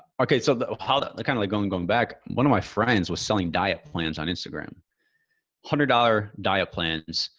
okay. so how that ah kind of of going, going back, one of my friends was selling diet plans on instagram, a hundred dollar diet plans,